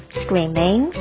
screaming